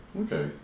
Okay